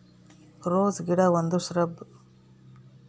rose ಗಿಡ ಒಂದು shrub